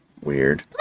weird